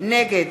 נגד